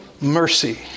mercy